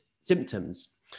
symptoms